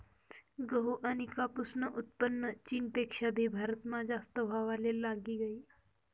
गहू आनी कापूसनं उत्पन्न चीनपेक्षा भी भारतमा जास्त व्हवाले लागी गयी